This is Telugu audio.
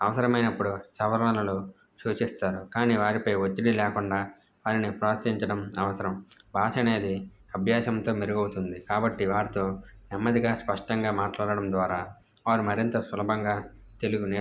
అవసరమైనప్పుడు సవరణలు సూచిస్తారు కానీ వారిపై ఒత్తిడి లేకుండా వారిని ప్రోత్సహించడం అవసరం భాష అనేది అభ్యాసంతో మెరుగవుతుంది కాబట్టి వారితో నెమ్మదిగా స్పష్టంగా మాట్లాడడం ద్వారా వారు మరింత సులభంగా తెలుగునే